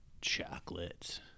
Chocolate